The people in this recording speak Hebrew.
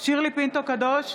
שירלי פינטו קדוש,